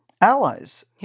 allies